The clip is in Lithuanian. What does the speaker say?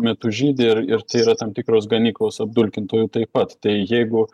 metu žydi ir ir tai yra tam tikros ganyklos apdulkintojų taip pat jeigu